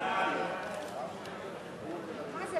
נא לא